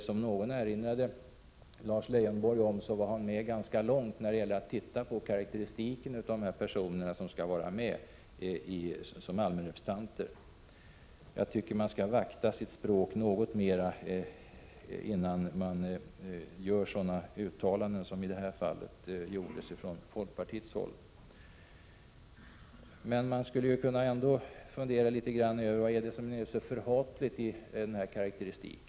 Som någon erinrade Lars Leijonborg om, var han med ganska långt i fråga om karakteristiken av de personer som skall vara med som allmänrepresentanter. Jag tycker man skall vakta sitt språk något mer, innan man gör sådana uttalanden som i det här fallet gjorts från folkpartihåll. Man kan ändå fundera över vad som är så förhatligt i denna karakteristik.